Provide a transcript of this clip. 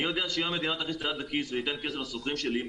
אני יודע שאם המדינה תכניס את היד לכיס ותיתן כסף לשוכרים שלי,